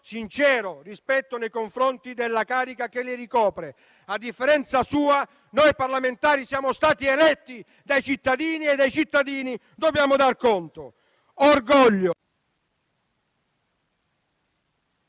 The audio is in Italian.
sincero rispetto nei confronti della carica che ricopre - a differenza sua, noi parlamentari siamo stati eletti dai cittadini, e ad essi dobbiamo dar conto. Orgoglio...